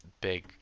big